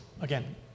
again